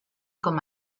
com